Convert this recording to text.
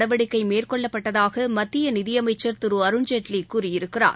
நாட்டின் மேற்கொள்ளப்பட்டதாக மத்திய நிதி அமைச்ச் திரு அருண்ஜேட்லி கூறியிருக்கிறார்